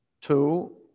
two